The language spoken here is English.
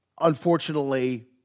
unfortunately